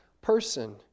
person